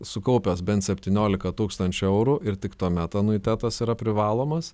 sukaupęs bent apetyniolika tūkstančių eurų ir tik tuomet anuitetas yra privalomas